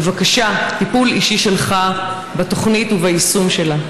בבקשה, טיפול אישי שלך בתוכנית וביישום שלה.